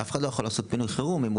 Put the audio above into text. שאף אחד לא יכול לעשות פינוי חירום אם הוא